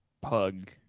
pug